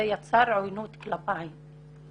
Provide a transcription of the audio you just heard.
זה יצר עוינות כלפיי.